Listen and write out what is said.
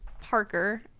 Parker